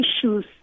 issues